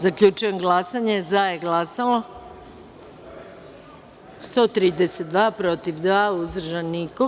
Zaključujem glasanje i saopštavam: za je glasalo – 132, protiv – dva, uzdržanih – nema.